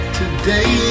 today